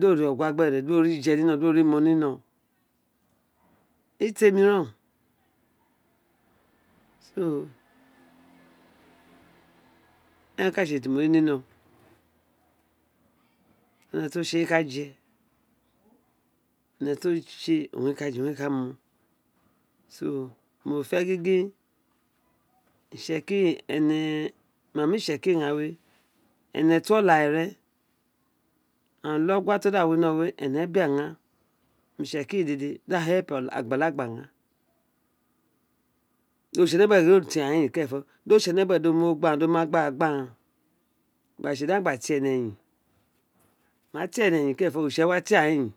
do ri ogua gbere dr wo ri je ni ms drwo ri mo ni nọ eyi temi ren oo eren kà tse temi nino one te o tse owun re ka je ene ti o tse owan re ka je owun re ka mo mo fe gin gin itse kiri ene mami itse kiri ghan dede ene to ọ da winó ene bi ee aghaan bi itsekifi dede dr a utienyin gbi agbalagba ahan di oritee nebuwe dro àgháàn ni eyen kerenfo dr ori tsenebuwe di o mi ọghọ gbi ạgbȧạn gbi agbara gbi aghaa kerenfọ di agan gba tin ene ni eyin a ona tin ene ni eyin kirafa ori tse wa tin aghaan ni eyin.